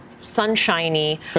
sunshiny